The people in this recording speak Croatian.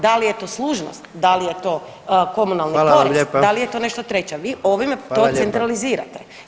Da li je to služnost, da li je to komunalni porez [[Upadica: Hvala vam lijepa.]] da li je to nešto treće, vi ovime to [[Upadica: Hvala lijepa.]] centralizirate.